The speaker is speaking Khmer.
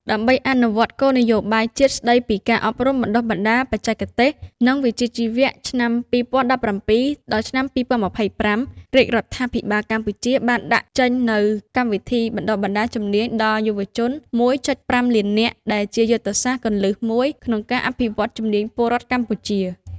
ដើម្បីអនុវត្តគោលនយោបាយជាតិស្តីពី ការអប់រំបណ្តុះបណ្តាលបច្ចេកទេស និងវិជ្ជាជីវៈឆ្នាំ២០១៧-២០២៥ រាជរដ្ឋាភិបាលកម្ពុជាបានដាក់ចេញនូវ កម្មវិធីបណ្តុះបណ្តាលជំនាញដល់យុវជន ១.៥ លាននាក់ ដែលជាយុទ្ធសាស្ត្រគន្លឹះមួយក្នុងការអភិវឌ្ឍន៍ជំនាញពលរដ្ឋកម្ពុជា។